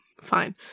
fine